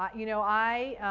you know, i